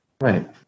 Right